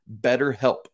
BetterHelp